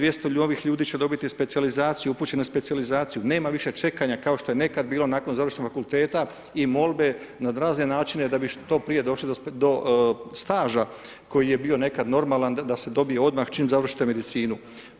200 novih ljudi će dobiti specijalizaciju, upućeni na specijalizaciju, nema više čekanja kao što je nekada bilo nakon završenog fakulteta i molbe na razne načine da bi što prije došli do staža koji je bio nekada normalan da se dobije odmah čim završite medicinu.